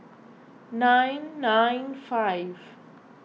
nine nine five